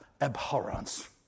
abhorrence